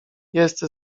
jest